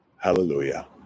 Hallelujah